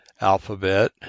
alphabet